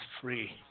free